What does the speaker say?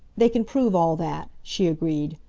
they can prove all that, she agreed,